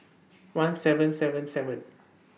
one seven seven seven